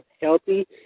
healthy